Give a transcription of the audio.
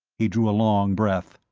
he drew a long breath.